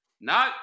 No